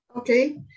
Okay